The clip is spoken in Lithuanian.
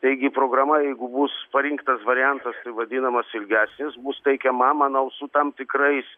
taigi programa jeigu bus parinktas variantas vadinamas ilgesnis bus teikiama manau su tam tikrais